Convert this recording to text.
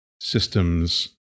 system's